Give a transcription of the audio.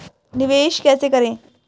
निवेश कैसे करें?